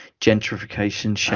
gentrification